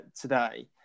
today